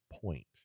Point